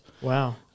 Wow